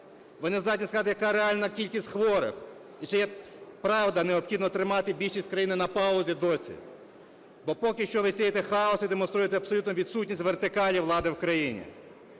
Ви не здатні сказати, яка реальна кількість хворих, і чи правда необхідно тримати більшість країни на паузі досі. Бо поки що ви сієте хаос і демонструєте абсолютну відсутність вертикалі влади в країні.